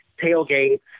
tailgates